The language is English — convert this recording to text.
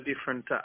different